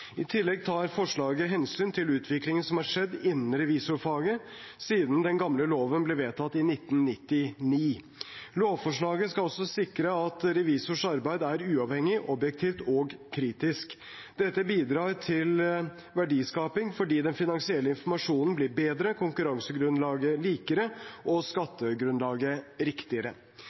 I tillegg tar forslaget hensyn til utviklingen som har skjedd innen revisjonsfaget siden den gamle loven ble vedtatt i 1999. Lovforslaget skal også sikre at revisors arbeid er uavhengig, objektivt og kritisk. Dette bidrar til verdiskaping fordi den finansielle informasjonen blir bedre, konkurransegrunnlaget likere og skattegrunnlaget riktigere.